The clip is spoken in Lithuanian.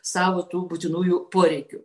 savo tų būtinųjų poreikių